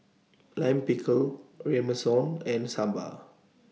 Lime Pickle Ramyeon and Sambar